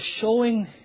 showing